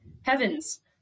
Heavens